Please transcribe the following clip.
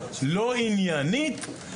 לא עניינית,